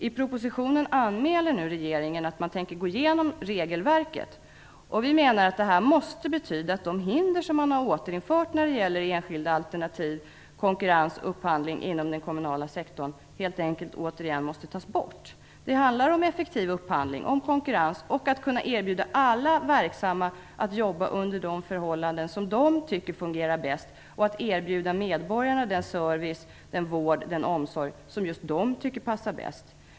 I propositionen anmäler nu regeringen att man tänker gå igenom regelverket. Vi menar att det här måste betyda att de hinder som man har återinfört när det gäller enskilda alternativ, konkurrens och upphandling inom den kommunala sektorn helt enkelt återigen måste tas bort. Det handlar om effektiv upphandling, om konkurrens och om att kunna erbjuda alla verksamma att jobba under de förhållanden som de tycker fungerar bäst. Medborgarna skall erbjudas den service, vård och omsorg som just de tycker passar bäst.